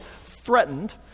threatened